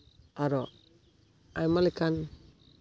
ᱟᱨᱚ ᱟᱭᱢᱟ ᱞᱮᱠᱟᱱ